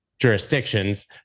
jurisdictions